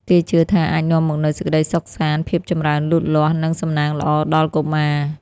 គេជឿថាអាចនាំមកនូវសេចក្តីសុខសាន្ត ភាពចម្រើនលូតលាស់ និងសំណាងល្អដល់កុមារ។